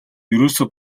ерөөсөө